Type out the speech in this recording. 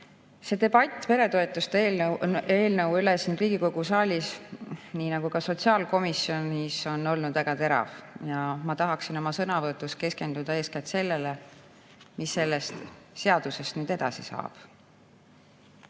See debatt peretoetuste eelnõu üle siin Riigikogu saalis, nii nagu ka sotsiaalkomisjonis, on olnud väga terav. Ma tahaksin oma sõnavõtus keskenduda eeskätt sellele, mis sellest seadusest nüüd edasi saab. Oleme